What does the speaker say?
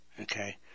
okay